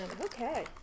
Okay